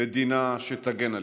מדינה שתגן עלינו.